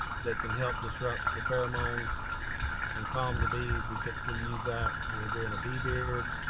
they can help disrupt the pheromones and calm the bees, we typically use that when we're doing a bee beard.